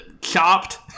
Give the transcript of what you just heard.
Chopped